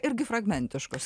irgi fragmentiškos